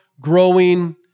growing